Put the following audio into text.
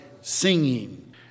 singing